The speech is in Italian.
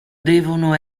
devono